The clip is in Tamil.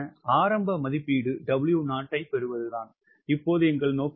ஆரம்ப மதிப்பீடு 𝑊0 ஐப் பெறுவதே இப்போது எங்கள் நோக்கம்